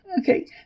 Okay